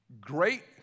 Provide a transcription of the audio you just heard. Great